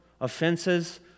offenses